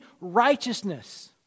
righteousness